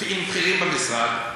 עם בכירים במשרד,